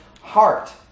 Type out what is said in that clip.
heart